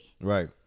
Right